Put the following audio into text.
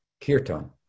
kirtan